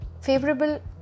favorable